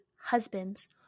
husbands